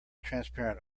transparent